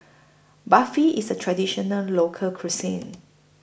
Barfi IS A Traditional Local Cuisine